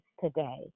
today